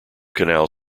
canal